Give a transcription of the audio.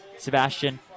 Sebastian